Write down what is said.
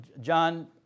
John